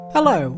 Hello